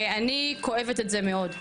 ואני כואבת את זה מאוד.